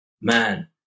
man